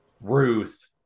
Ruth